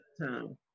time